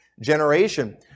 generation